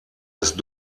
ist